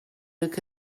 look